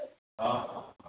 ହଁ